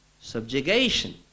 subjugation